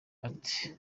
ati